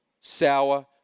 sour